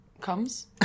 comes